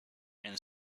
and